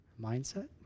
mindset